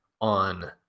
on